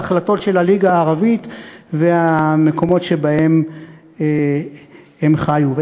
בהחלטות של הליגה הערבית והמקומות שבהם הם חיו.